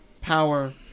power